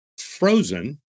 frozen